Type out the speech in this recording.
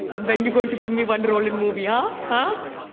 when you going to give me one role in movie, ah huh,